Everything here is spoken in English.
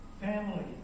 Family